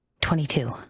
Twenty-two